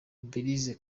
belise